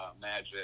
Magic